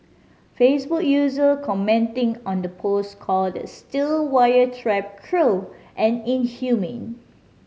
Facebook user commenting on the post called the steel wire trap cruel and inhumane